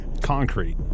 Concrete